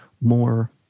more